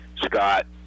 scott